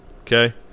Okay